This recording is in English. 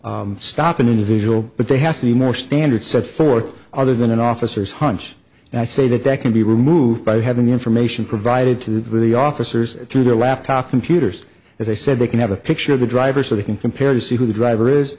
cannot stop an individual but they have any more standard set forth other than an officer's hunch and i say that that can be removed by having the information provided to the officers through their laptop computers as i said they can have a picture of the driver so they can compare to see who the driver is